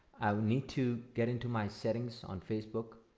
i will need to get into my settings on facebook